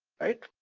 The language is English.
right?